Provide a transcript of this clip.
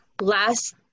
last